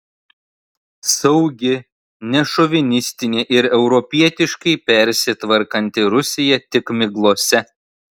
saugi nešovinistinė ir europietiškai persitvarkanti rusija tik miglose